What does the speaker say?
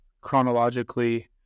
chronologically